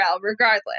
regardless